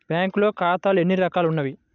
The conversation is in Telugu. బ్యాంక్లో ఖాతాలు ఎన్ని రకాలు ఉన్నావి?